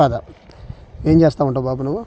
పద ఏం చేస్తా ఉంటావు బాబు నువ్వు